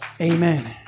Amen